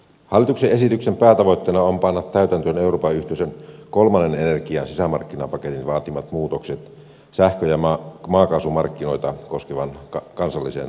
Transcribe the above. hallituksen esityksen päätavoitteena on panna täytäntöön euroopan yhteisön kolmannen energian sisämarkkinapaketin vaatimat muutokset sähkö ja maakaasumarkkinoita koskevaan kansalliseen lainsäädäntöön